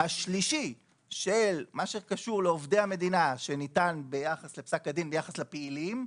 השלישי של מה שקשור לעובדי המדינה שניתן ביחס לפסק הדין ביחס לפעילים,